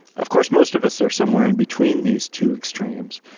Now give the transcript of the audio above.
of course most of us are somewhere in between these two extremes,